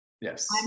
yes